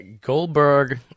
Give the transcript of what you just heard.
Goldberg